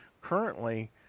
currently